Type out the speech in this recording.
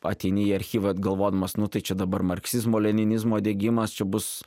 ateini į archyvą galvodamas nu tai čia dabar marksizmo leninizmo diegimas čia bus